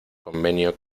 convenio